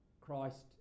Christ